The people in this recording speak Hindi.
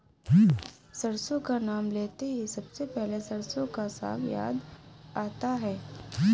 सरसों का नाम लेते ही सबसे पहले सरसों का साग याद आता है